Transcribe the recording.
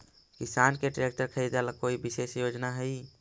किसान के ट्रैक्टर खरीदे ला कोई विशेष योजना हई?